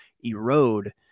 erode